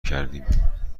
کردیم